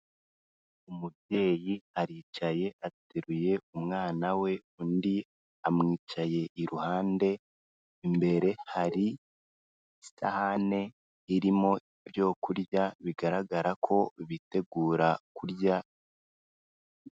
Umubyeyi aricaye ateruye umwana we undi amwicaye iruhande imbere hari isahane irimo ibyokurya bigaragara ko bitegura kurya.